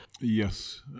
yes